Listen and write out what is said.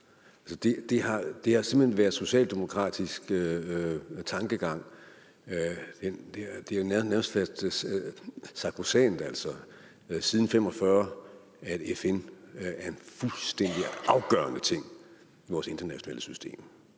Det har simpelt hen været socialdemokratisk tankegang, det har jo nærmest været sakrosankt, siden 1945, at FN er en fuldstændig afgørende ting i vores internationale system.